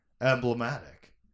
emblematic